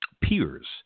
peers